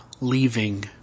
Leaving